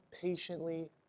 patiently